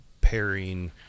pairing